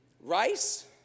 Rice